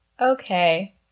okay